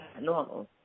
normal